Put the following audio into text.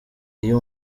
iyo